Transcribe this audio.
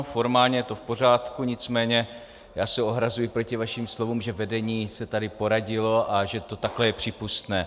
Formálně je to v pořádku, nicméně já se ohrazuji proti vašim slovům, že vedení se tady poradilo a že to takhle je přípustné.